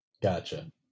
Gotcha